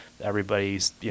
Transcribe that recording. everybody's